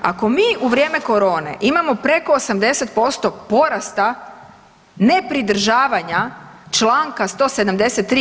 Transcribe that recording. Ako mi u vrijeme corone imamo preko 80% porasta ne pridržavanja članka 173.